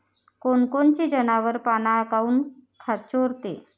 कोनकोनचे जनावरं पाना काऊन चोरते?